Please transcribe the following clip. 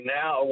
now